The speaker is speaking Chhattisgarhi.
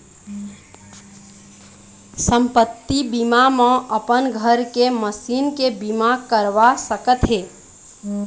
संपत्ति बीमा म अपन घर के, मसीन के बीमा करवा सकत हे